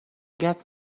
get